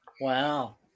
Wow